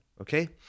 okay